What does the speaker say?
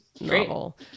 novel